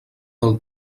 del